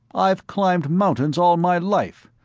i've climbed mountains all my life.